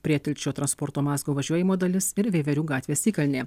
prietilčio transporto mazgo važiuojamoji dalis ir veiverių gatvės įkalnė